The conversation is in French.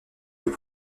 peut